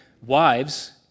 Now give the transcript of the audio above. wives